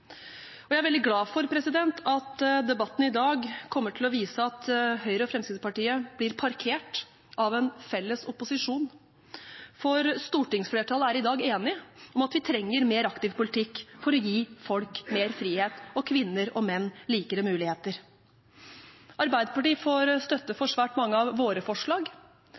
det. Jeg er veldig glad for at debatten i dag kommer til å vise at Høyre og Fremskrittspartiet blir parkert av en felles opposisjon, for stortingsflertallet er i dag enig i at vi trenger mer aktiv politikk for å gi folk mer frihet og kvinner og menn likere muligheter. Arbeiderpartiet får støtte for svært mange av sine forslag.